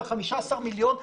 ל-15 מיליון אנשים,